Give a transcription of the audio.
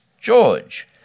George